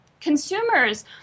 consumers